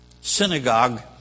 synagogue